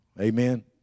Amen